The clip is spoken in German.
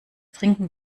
trinken